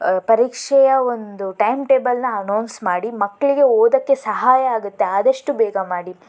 ಪರೀಕ್ಷೆಯ ಒಂದು ಟೈಮ್ ಟೇಬಲ್ನ ಅನೌನ್ಸ್ ಮಾಡಿ ಮಕ್ಕಳಿಗೆ ಓದೋಕ್ಕೆ ಸಹಾಯ ಆಗತ್ತೆ ಆದಷ್ಟು ಬೇಗ ಮಾಡಿ